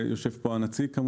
ויושב פה נציג שלה.